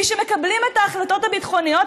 מי שמקבלים את ההחלטות הביטחוניות,